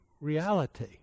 reality